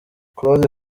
claude